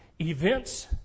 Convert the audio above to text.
events